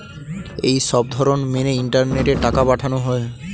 এই সবধরণ মেনে ইন্টারনেটে টাকা পাঠানো হয়